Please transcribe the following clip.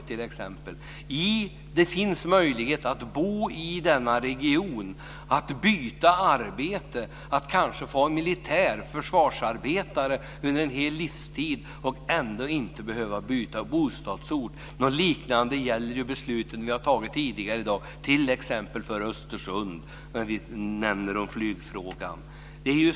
I Det finns möjlighet att bo i denna region, att byta arbete, att kanske vara militär försvarsarbetare under en hel livstid och ändå inte behöva byta bostadsort. Något liknande gäller för besluten vi har fattat tidigare i dag, t.ex. för Östersund i fråga om flyget.